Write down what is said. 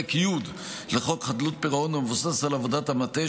י' לחוק חדלות פירעון המבוסס על עבודת המטה,